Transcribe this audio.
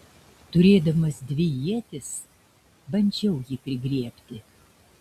turėdamas dvi ietis bandžiau jį prigriebti